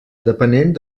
depenent